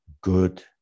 good